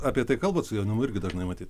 apie tai kalbat su jaunimu irgi dažnai matyt